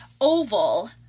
oval